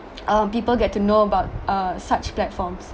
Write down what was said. um people get to know about uh such platforms